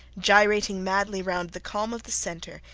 gyrating madly round the calm of the centre,